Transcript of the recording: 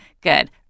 good